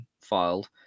filed